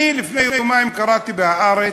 אני לפני יומיים קראתי ב"הארץ"